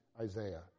Isaiah